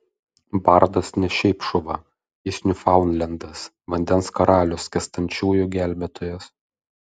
bardas ne šiaip šuva jis niūfaundlendas vandens karalius skęstančiųjų gelbėtojas